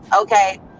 okay